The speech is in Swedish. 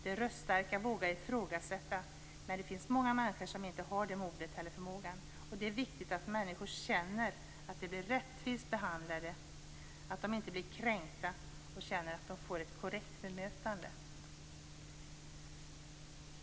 De röststarka vågar ifrågasätta. Men det finns många människor som inte har det modet eller den förmågan. Det är viktigt att människor känner att de blir rättvist behandlade och att de inte blir kränkta utan känner att de får ett korrekt bemötande.